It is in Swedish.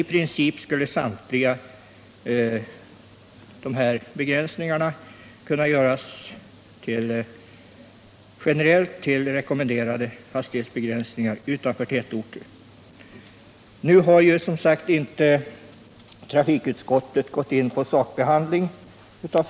I princip skulle dock samtliga generella hastighetsbegränsningar utanför tätorter kunna omvandlas till rekommenderade begränsningar.